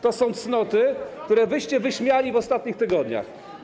To są cnoty, które wyście wyśmiali w ostatnich tygodniach.